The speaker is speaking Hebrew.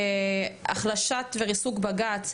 החלשת וריסוק בג"צ,